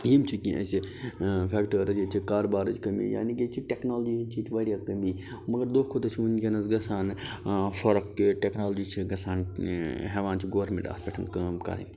یِم چھِ کیٚنٛہہ اسہِ ٲں فیٛکٹٲرٕز ییٚتہِ چھِ کاربارٕچ کٔمی یعنی کہِ ییٚتہِ چھِ ٹیٚکنالوجی ہنٛز چھِ ییٚتہِ واریاہ کٔمی مگر دۄہ کھۄتہ دۄہ چھِ وُنٛکیٚس گژھان ٲں فرق کہِ ٹیٚکنالوجی چھِ گَژھان ٲں ہیٚوان چھُ گورمیٚنٛٹ اَتھ پٮ۪ٹھ کٲم کَرٕنۍ